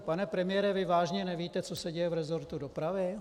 Pane premiére, vy vážně nevíte, co se děje v resortu dopravy?